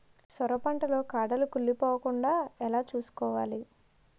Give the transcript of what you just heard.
సొర పంట లో కాడలు కుళ్ళి పోకుండా ఎలా చూసుకోవాలి?